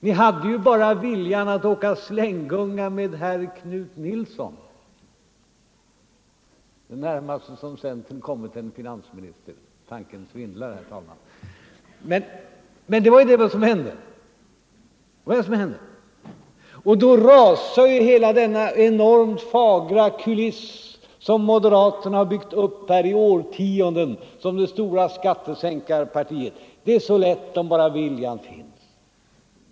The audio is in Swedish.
Ni hade ju bara viljan att åka slänggunga med herr Knut Nilsson, det närmaste som centern kommit en finansminister. Tanken svindlar, herr talman! Men det var vad som hände. Och då rasar ju hela denna enormt fagra kuliss som moderaterna har byggt upp här i årtionden som det stora skattesänkarpartiet. Det är så lätt om bara viljan finns!